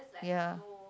ya